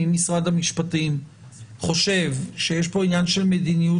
אם משרד המשפטים חושב שיש פה עניין של מדיניות